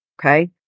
okay